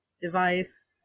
device